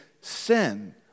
sin